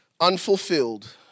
unfulfilled